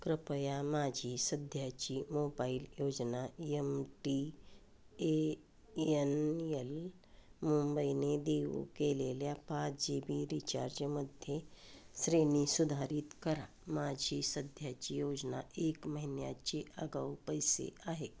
कृपया माझी सध्याची मोबाईल योजना यम टी एयन यल मुंबईने देऊ केलेल्या पाच जी बी रीचार्जमध्ये श्रेणी सुधारित करा माझी सध्याची योजना एक महिन्याचे आगाऊ पैसे आहे